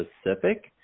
specific